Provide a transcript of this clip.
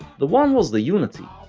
the one was the unity,